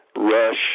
Rush